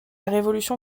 révolution